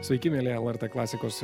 sveiki mieli lrt klasikos